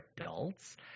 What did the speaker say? adults